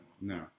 No